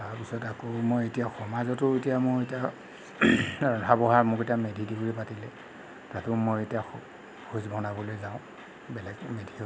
তাৰপিছত আকৌ মই এতিয়া সমাজতো এতিয়া মই এতিয়া ৰন্ধা বঢ়া মোক এতিয়া মেধি দেউৰী পাতিলে তাতো মই এতিয়া ভোজ বনাবলৈ যাওঁ বেলেগ মেধিসকলো আহে